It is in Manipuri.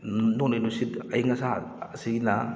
ꯅꯣꯡꯂꯩ ꯅꯨꯡꯁꯤꯠ ꯑꯏꯪ ꯑꯁꯥ ꯑꯁꯤꯅ